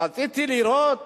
רציתי לראות